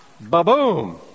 Ba-boom